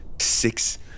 Six